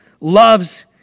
Loves